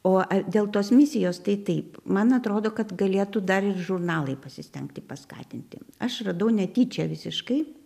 o dėl tos misijos tai taip man atrodo kad galėtų dar ir žurnalai pasistengti paskatinti aš radau netyčia visiškai